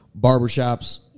barbershops